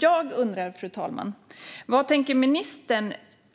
Jag undrar därför, fru talman: Vad tänker ministern